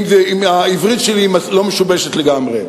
אם העברית שלי לא משובשת לגמרי.